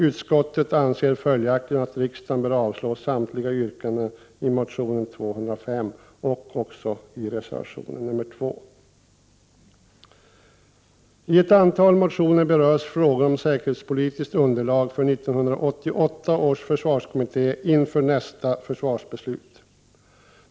Utskottet anser följaktligen att riksdagen bör avslå samtliga yrkanden i motion Fö205 och i reservation nr 2. I ett antal motioner berörs frågor om säkerhetspolitiskt underlag för 1988 års försvarskommitté inför nästa försvarsbeslut.